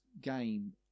game